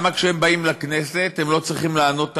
אז למה כשהם באים לכנסת הם לא צריכים לענוד תגים?